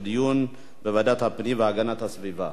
לוועדת הפנים והגנת הסביבה